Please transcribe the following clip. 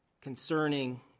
concerning